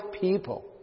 people